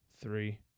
three